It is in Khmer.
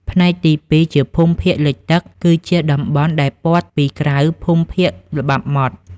ផ្នែកទី២ ជាភូមិភាគលិចទឹក គឺជាតំបន់ដែលព័ទ្ធពីក្រៅភូមិភាគល្បាប់ម៉ត់។